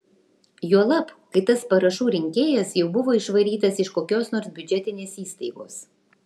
juolab kai tas parašų rinkėjas jau buvo išvarytas iš kokios nors biudžetinės įstaigos